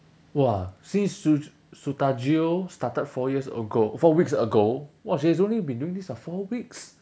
!wah! since su~ started four years ago four weeks ago !wah! she has only been doing this for four weeks